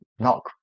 Knock